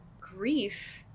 grief